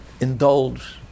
Indulge